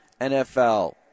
NFL